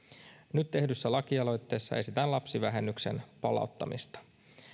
nyt tehdyssä lakialoitteessa esitetään lapsivähennyksen palauttamista